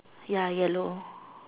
ya yellow